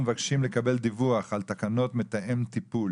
אנחנו מבקשים לקבל דיווח על תקנות "מתאם טיפול",